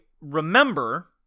remember